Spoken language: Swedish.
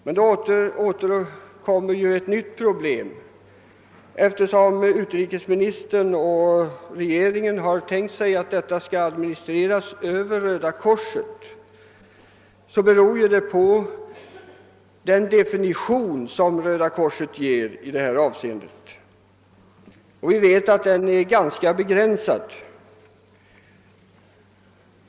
Då uppstår ett nytt problem, eftersom utrikesministern och regeringen har tänkt sig att biståndet skall administreras av Röda korset. Problemet är vilken definition som Röda korset ger hjälpen i detta avseende. Vi vet att Röda korsets insatser är begränsade till sitt innehåll.